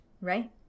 Right